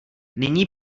nyní